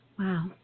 Wow